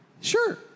Sure